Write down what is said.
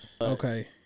Okay